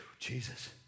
Jesus